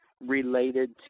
related